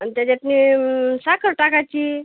आणि त्याच्यात साखर टाकायची